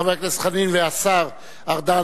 חבר הכנסת חנין והשר ארדן,